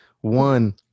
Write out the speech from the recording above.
One